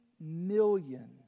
million